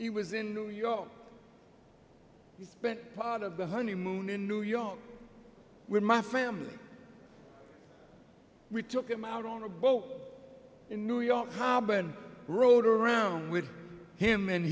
he was in new york he spent part of the honeymoon in new york where my family we took him out on a boat in new york harbor and rode around with him